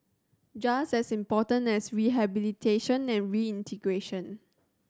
just as important as rehabilitation and reintegration